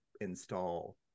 install